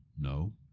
No